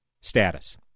status